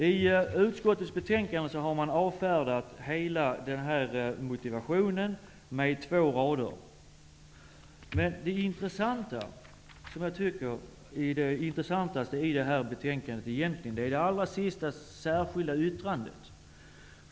I utskottsbetänkandet avfärdar man den här motivationen helt. Det gör man på två rader. Men det intressantaste är egentligen det särskilda yttrandet allra sist i betänkandet.